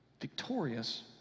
victorious